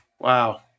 Wow